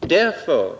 Därför